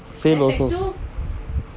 fail~